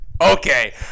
Okay